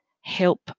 help